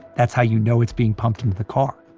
that's how you know it's being pumped into the car.